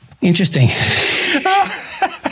Interesting